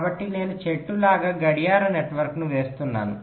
కాబట్టి నేను చెట్టు లాగా గడియార నెట్వర్క్ను వేస్తున్నాను